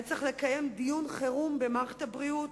היה צריך לקיים דיון חירום במערכת הבריאות